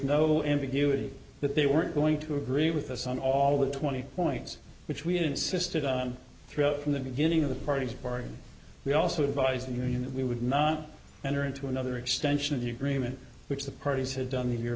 no ambiguity that they weren't going to agree with us on all the twenty points which we had insisted on throughout from the beginning of the parties bargain we also advised the union that we would not enter into another extension of the agreement which the parties had done the year